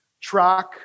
track